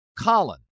Colin